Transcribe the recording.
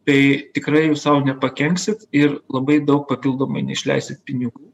tai tikrai jūs sau nepakenksit ir labai daug papildomai neišleisit pinigų